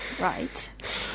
Right